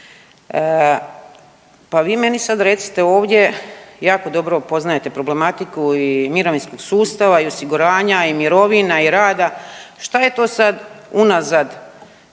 pa vi meni sad recite ovdje, jako dobro poznajete problematiku i mirovinskog sustava i osiguranja i mirovina i rada, šta je to sad unazad